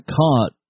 caught